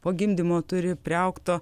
po gimdymo turi priaugto